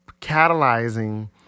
catalyzing